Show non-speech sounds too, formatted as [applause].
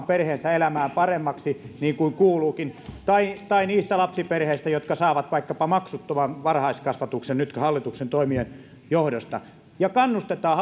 [unintelligible] perheensä elämää paremmaksi niin kuin kuuluukin tai tai niistä lapsiperheistä jotka saavat vaikkapa maksuttoman varhaiskasvatuksen nyt hallituksen toimien johdosta kannustetaan [unintelligible]